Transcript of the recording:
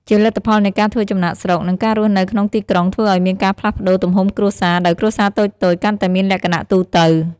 ជាលទ្ធផលនៃការធ្វើចំណាកស្រុក និងការរស់នៅក្នុងទីក្រុងធ្វើឲ្យមានការផ្លាស់ប្តូរទំហំគ្រួសារ ដោយគ្រួសារតូចៗ កាន់តែមានលក្ខណៈទូទៅ។